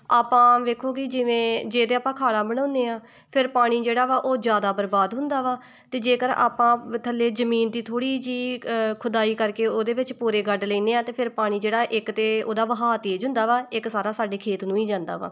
ਆਪਾਂ ਵੇਖੋ ਕਿ ਜਿਵੇਂ ਜੇ ਤਾਂ ਆਪਾਂ ਖਾਲ੍ਹਾਂ ਬਣਾਉਂਦੇ ਹਾਂ ਫਿਰ ਪਾਣੀ ਜਿਹੜਾ ਵਾ ਉਹ ਜ਼ਿਆਦਾ ਬਰਬਾਦ ਹੁੰਦਾ ਵਾ ਅਤੇ ਜੇਕਰ ਆਪਾਂ ਥੱਲੇ ਜ਼ਮੀਨ ਦੀ ਥੋੜ੍ਹੀ ਜਿਹੀ ਖੁਦਾਈ ਕਰਕੇ ਉਹਦੇ ਵਿੱਚ ਪੂਰੇ ਗੱਡ ਲੈਂਦੇ ਹਾਂ ਤਾਂ ਫਿਰ ਪਾਣੀ ਜਿਹੜਾ ਇੱਕ ਤਾਂ ਉਹਦਾ ਵਹਾਅ ਤੇਜ਼ ਹੁੰਦਾ ਵਾ ਇੱਕ ਸਾਰਾ ਸਾਡੇ ਖੇਤ ਨੂੰ ਹੀ ਜਾਂਦਾ ਵਾ